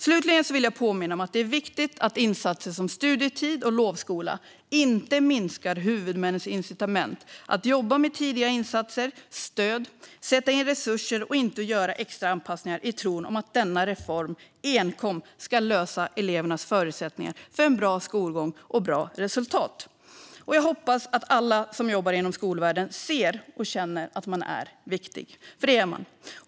Slutligen vill jag påminna om att det är viktigt att insatser som studietid och lovskola inte minskar huvudmännens incitament att jobba med tidiga insatser och stöd, att sätta in resurser och inte göra extra anpassningar i tron att denna reform enkom ska lösa elevernas förutsättningar för en bra skolgång och ett bra resultat. Jag hoppas att alla som jobbar inom skolvärlden ser och känner att de är viktiga, för det är de.